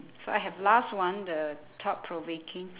so I have last one the thought provoking